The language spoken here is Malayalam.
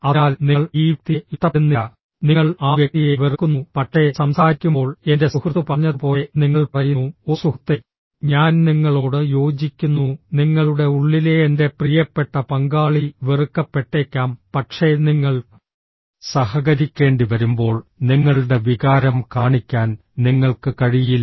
അതിനാൽ നിങ്ങൾ ഈ വ്യക്തിയെ ഇഷ്ടപ്പെടുന്നില്ല നിങ്ങൾ ആ വ്യക്തിയെ വെറുക്കുന്നു പക്ഷേ സംസാരിക്കുമ്പോൾ എന്റെ സുഹൃത്ത് പറഞ്ഞതുപോലെ നിങ്ങൾ പറയുന്നു ഓ സുഹൃത്തേ ഞാൻ നിങ്ങളോട് യോജിക്കുന്നു നിങ്ങളുടെ ഉള്ളിലെ എന്റെ പ്രിയപ്പെട്ട പങ്കാളി വെറുക്കപ്പെട്ടേക്കാം പക്ഷേ നിങ്ങൾ സഹകരിക്കേണ്ടിവരുമ്പോൾ നിങ്ങളുടെ വികാരം കാണിക്കാൻ നിങ്ങൾക്ക് കഴിയില്ല